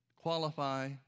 qualify